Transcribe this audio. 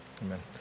Amen